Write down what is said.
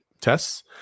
tests